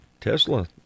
Tesla